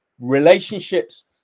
Relationships